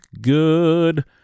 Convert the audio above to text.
good